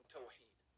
Tawheed